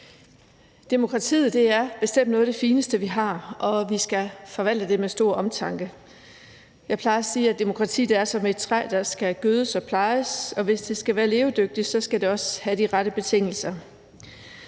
Demokratiet er noget af det fineste, vi har, og vi skal forvalte det med stor omtanke. Jeg plejer at sige, at demokrati er som et træ, der skal gødes og plejes, og hvis det skal være levedygtigt, skal det også have de rette betingelser.